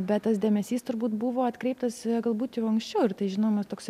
bet tas dėmesys turbūt buvo atkreiptas galbūt jau anksčiau ir tai žinoma toks